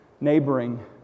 neighboring